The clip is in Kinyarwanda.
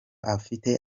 abifite